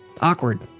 Awkward